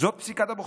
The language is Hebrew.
זו פסיקת הבוחר,